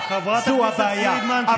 חברת הכנסת פרידמן.